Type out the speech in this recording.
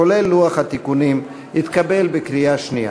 כולל לוח התיקונים, התקבל בקריאה שנייה.